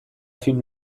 film